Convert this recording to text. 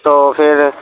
تو پھر